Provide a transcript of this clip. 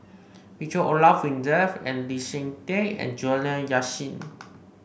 Richard Olaf Winstedt and Lee Seng Tee and Juliana Yasin